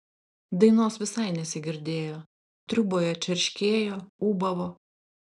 dainos visai nesigirdėjo triūboje čerškėjo ūbavo